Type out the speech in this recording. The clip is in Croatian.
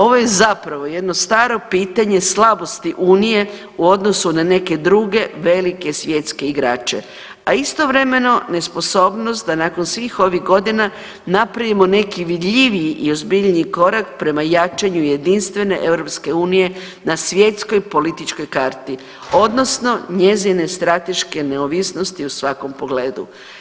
Ovo je zapravo jedno staro pitanje slabosti Unije u odnosu na neke druge velike svjetske igrače a istovremeno nesposobnost da nakon svih ovih godina napravimo neki vidljiviji i ozbiljniji korak prema jačanju jedinstvene EU na svjetskoj političkoj karti, odnosno njezine strateške neovisnosti u svakom pogledu.